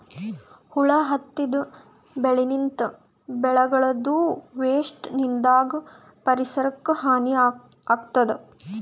ಹುಳ ಹತ್ತಿದ್ ಬೆಳಿನಿಂತ್, ಬೆಳಿಗಳದೂ ವೇಸ್ಟ್ ನಿಂದಾಗ್ ಪರಿಸರಕ್ಕ್ ಹಾನಿ ಆಗ್ತದ್